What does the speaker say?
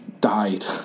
died